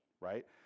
right